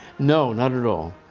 no, not at all.